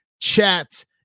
chat